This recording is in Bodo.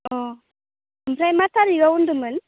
औ ओमफ्राय मा थारिख होन्दोंमोन